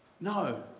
No